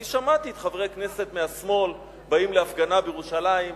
אני שמעתי את חברי הכנסת מהשמאל באים להפגנה בירושלים,